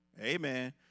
Amen